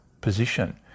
position